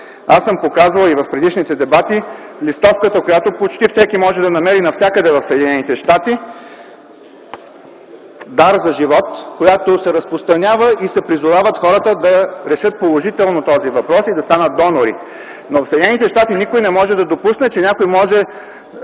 Аз съм показал и в предишните дебати листовката, която почти всеки може да намери навсякъде в Съединените щати, „Дар за живот”, която се разпространява и се призовават хората да решат положително този въпрос и да станат донори. (Показва листовка на английски език.) В Съединените щати никой не може да допусне, че някой може